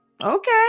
Okay